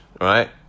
right